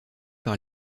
par